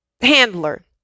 Handler